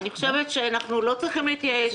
אני חושבת שאנחנו לא צריכים להתייאש.